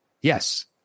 Yes